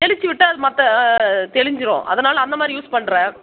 தெளித்து விட்டால் அது மற்ற தெளிஞ்சிடும் அதனால் அந்தமாதிரி யூஸ் பண்ணுறேன்